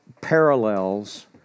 parallels